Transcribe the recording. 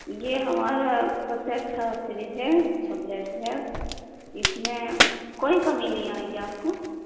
یہ ہمارا سب سے اچھا فریج ہے بہت بیسٹ ہے اس میں کوئی کمی نہیں آئے گی آپ کو